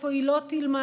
איפה היא לא תלמד,